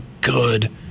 good